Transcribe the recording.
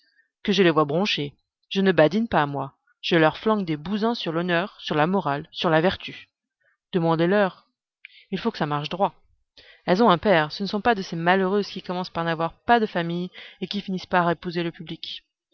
que je les voie broncher je ne badine pas moi je leur flanque des bouzins sur l'honneur sur la morale sur la vertu demandez-leur il faut que ça marche droit elles ont un père ce ne sont pas de ces malheureuses qui commencent par n'avoir pas de famille et qui finissent par épouser le public